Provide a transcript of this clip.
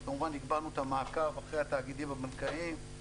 אז כמובן הגברנו את המעקב אחרי התאגידים הבנקאיים.